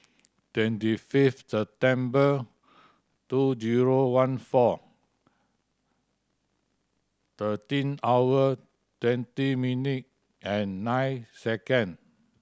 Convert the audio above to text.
twenty fifth September two zero one four thirteen hour twenty minute and nine second